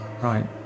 Right